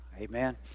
Amen